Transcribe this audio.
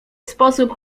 sposób